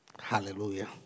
Hallelujah